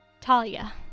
Talia